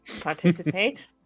participate